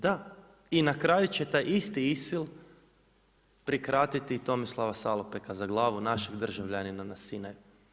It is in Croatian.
Da i na kraju će taj isti ISIL prikratiti Tomislava Salopeka za glavu našeg državljanina na Sinaju.